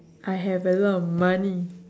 I have a lot of money